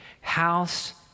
House